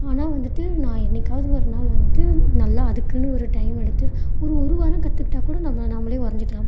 ஆனால் வந்துவிட்டு நான் என்னைக்காவது ஒரு நாள் வந்துட்டு நல்லா அதுக்குன்னு ஒரு டைம் எடுத்து ஒரு ஒரு வாரம் கத்துக்கிட்டால் கூட நம்மளை நாம்மளே வரைஞ்சிக்கலாம்